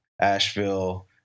Asheville